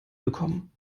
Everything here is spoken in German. bekommen